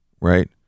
right